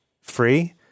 free